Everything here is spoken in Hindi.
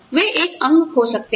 वे एक अंग खो सकते है